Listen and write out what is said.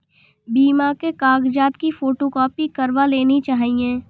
बीमा के कागजात की फोटोकॉपी करवा लेनी चाहिए